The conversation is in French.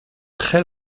très